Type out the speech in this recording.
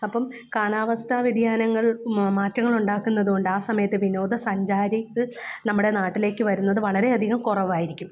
അപ്പം കാലാവസ്ഥ വ്യതിയാനങ്ങൾ മാറ്റങ്ങളുണ്ടാക്കുന്നതുകൊണ്ട് ആ സമയത്ത് വിനോദസഞ്ചാരികൾ നമ്മുടെ നാട്ടിലേക്ക് വരുന്നത് വളരെയധികം കുറവായിരിക്കും